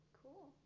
cool